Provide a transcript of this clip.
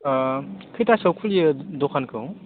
खैथासोआव खुलियो दखानखौ